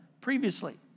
previously